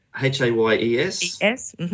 H-A-Y-E-S